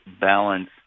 balance